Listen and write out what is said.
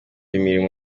imirimo